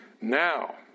Now